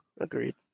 agreed